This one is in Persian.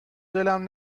دلم